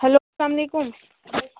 hello السلام علیکُم